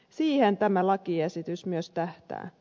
siihen tämä lakiesitys myös tähtää